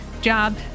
job